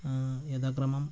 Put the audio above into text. യഥാ ക്രമം